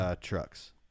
trucks